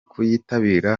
kuyitabira